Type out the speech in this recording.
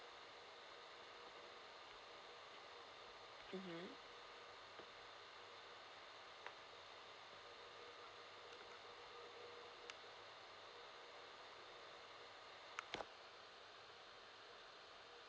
(uh huh)